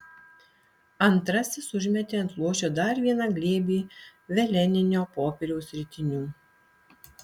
antrasis užmetė ant luošio dar vieną glėbį veleninio popieriaus ritinių